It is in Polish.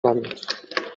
namiot